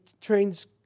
trains